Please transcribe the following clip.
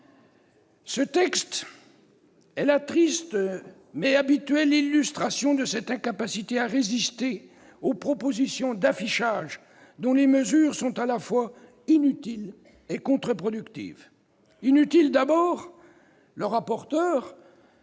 Ce texte est la triste mais habituelle illustration de cette incapacité à résister aux propositions d'affichage dont les mesures sont à la fois inutiles et contre-productives. Elles sont d'abord